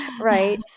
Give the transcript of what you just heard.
right